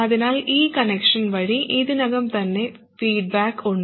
അതിനാൽ ഈ കണക്ഷൻ വഴി ഇതിനകം തന്നെ ഫീഡ്ബാക്ക് ഉണ്ട്